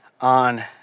on